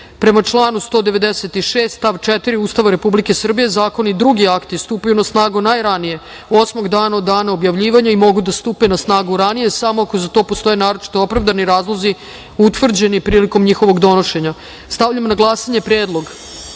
članu 196. stav 4. Ustava Republike Srbije, zakoni i drugi akti stupaju na snagu najranije osmog dana od dana objavljivanja i mogu da stupe na snagu i ranije, samo ako za to postoje naročito opravdani razlozi utvrđeni prilikom njihovog donošenja. Stavljam na glasanje predlog